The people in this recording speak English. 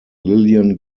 lillian